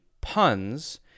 puns